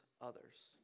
others